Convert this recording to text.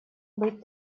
быть